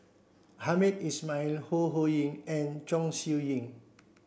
Hamed Ismail Ho Ho Ying and Chong Siew Ying